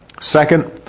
second